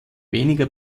weniger